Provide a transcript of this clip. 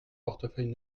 portefeuille